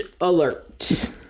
alert